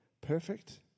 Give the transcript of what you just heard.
perfect